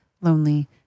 lonely